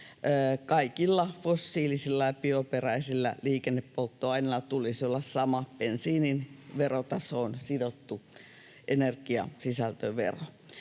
Kaikilla fossiilisilla ja bioperäisillä liikennepolttoaineilla tulisi olla sama bensiinin verotasoon sidottu energiasisältövero.